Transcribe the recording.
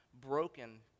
Broken